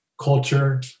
culture